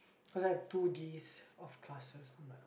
cause I have two days of classes I'm like